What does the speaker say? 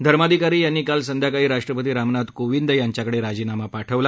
धर्माधिकारी यांनी काल संध्याकाळी राष्ट्रपती रामनाथ कोविंद यांच्याकडे राजीनामा पाठवला